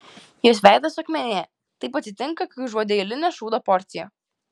jos veidas suakmenėja taip atsitinka kai užuodi eilinę šūdo porciją